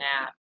app